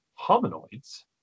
hominoids